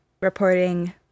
reporting